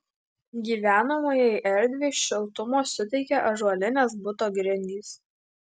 gyvenamajai erdvei šiltumo suteikia ąžuolinės buto grindys